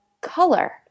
color